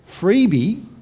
freebie